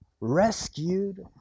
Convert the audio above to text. rescued